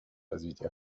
развития